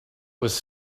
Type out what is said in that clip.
was